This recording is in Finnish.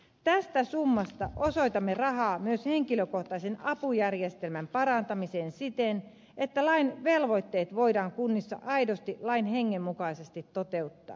tästä summasta osoitamme rahaa myös henkilökohtaisen apujärjestelmän parantamiseen siten että lain velvoitteet voidaan kunnissa aidosti lain hengen mukaisesti toteuttaa